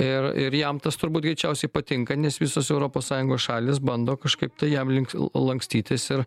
ir ir jam tas turbūt greičiausiai patinka nes visos europos sąjungos šalys bando kažkaip tai jam link lankstytis ir